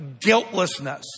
guiltlessness